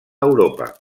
europa